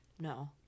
No